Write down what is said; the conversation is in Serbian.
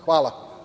Hvala.